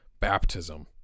baptism